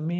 আমি